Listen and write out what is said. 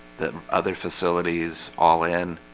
the other facilities all in